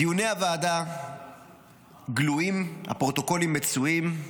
דיוני הוועדה גלויים, הפרוטוקולים מצויים,